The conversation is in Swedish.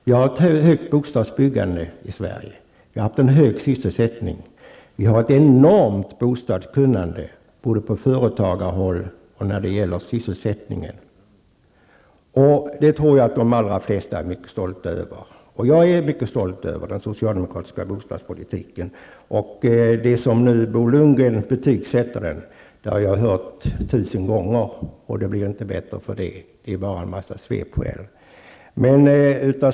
Vi har ett stort bostadsbyggande i Sverige, vi har haft en hög sysselsättning, och vi har ett enormt bostadskunnande både på företagarhåll och när det gäller sysselsättningen. Det tror jag att de allra flesta är mycket stolta över. Och jag är mycket stolt över den socialdemokratiska bostadspolitiken. Det sätt på vilket Bo Lundgren betygsätter bostadspolitiken har jag hört tusen gånger, och det blir inte bättre för det. Det är bara en massa svepskäl.